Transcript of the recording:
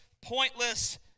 pointless